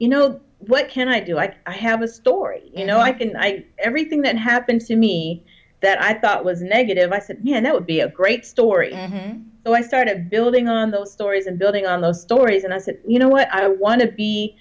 you know what can i do like i have a story you know i can i everything that happens to me that i thought was negative i said yeah that would be a great story and so i started building on those stories and building on those stories and i said you know what i don't want to be